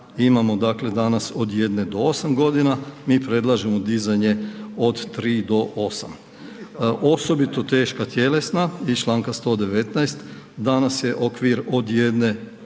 imamo dakle danas od 1 do 8 g., mi predlažemo dizanje od 3 do 8. Osobito teška tjelesna iz čl. 119. danas je okvir od 1 do